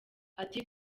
ati